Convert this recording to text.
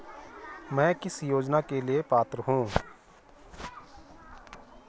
मैं किस योजना के लिए पात्र हूँ?